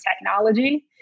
technology